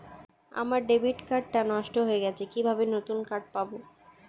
আমার debit card টা নষ্ট হয়ে গেছে কিভাবে নতুন কার্ড পাব?